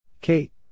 Kate